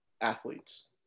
athletes